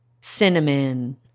cinnamon